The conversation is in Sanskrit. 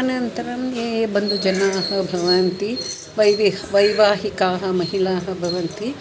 अनन्तरं ये बन्धुजनाः भवन्ति वैविह् वैवाहिकाः महिलाः भवन्ति